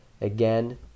again